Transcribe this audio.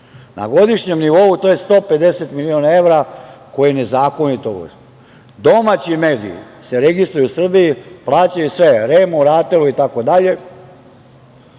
na godišnjem nivou to je 150 miliona evra koje nezakonito uzmu. Domaći mediji se registruju u Srbiji, plaćaju sve REM-u, Ratelu itd.